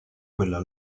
quella